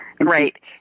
Right